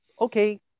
okay